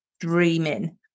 Dreaming